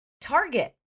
target